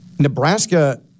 Nebraska